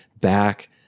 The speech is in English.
back